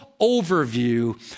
overview